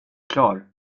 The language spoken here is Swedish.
klar